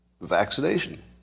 vaccination